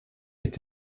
est